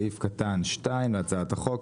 סעיף קטן (2) להצעת החוק,